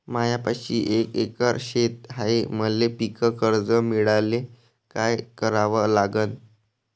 मायापाशी एक एकर शेत हाये, मले पीककर्ज मिळायले काय करावं लागन?